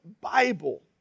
Bible